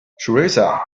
teresa